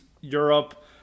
Europe